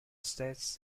states